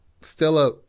Stella